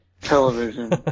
television